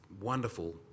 wonderful